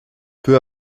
peu